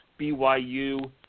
BYU